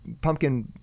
pumpkin